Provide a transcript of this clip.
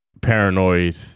paranoid